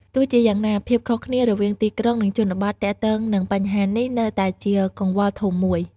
ទោះជាយ៉ាងណា ភាពខុសគ្នារវាងទីក្រុង និងជនបទទាក់ទងនឹងបញ្ហានេះនៅតែជាកង្វល់ធំមួយ។